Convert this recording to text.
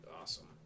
awesome